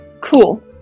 Cool